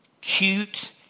cute